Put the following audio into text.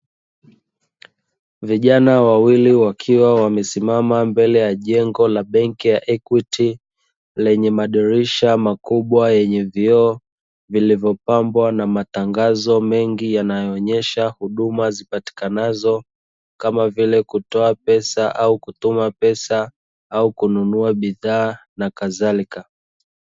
Vijana wawili wakiwa wamesimama mbele ya jengo la benki ya "EQUITY", lenye madirisha makubwa yenye vioo vilivyopambwa na matangazo mengi, yanayoonyesha huduma zipatikanazo kama vile kutoa pesa au kutuma pesa na kununua bidhaa nakadhalika.